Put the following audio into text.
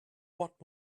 what